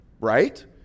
right